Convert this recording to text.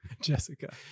Jessica